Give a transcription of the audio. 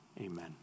Amen